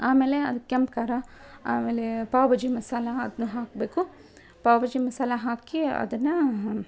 ಆಮೇಲೆ ಅದಕ್ಕೆ ಕೆಂಪು ಖಾರ ಆಮೇಲೇ ಪಾವ್ಬಾಜಿ ಮಸಾಲೆ ಅದನ್ನೂ ಹಾಕಬೇಕು ಪಾವ್ಬಾಜಿ ಮಸಾಲೆ ಹಾಕಿ ಅದನ್ನು